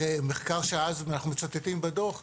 מחקר שאנחנו מצטטים בדוח,